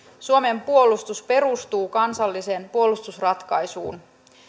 suomen puolustus perustuu kansalliseen puolustusratkaisuun